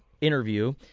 interview